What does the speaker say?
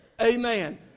Amen